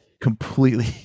completely